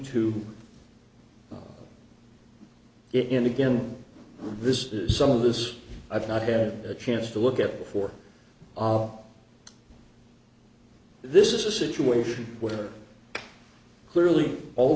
in again this is some of this i've not had a chance to look at before oh this is a situation where clearly all